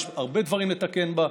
יש הרבה דברים לתקן בה,